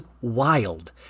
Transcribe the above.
wild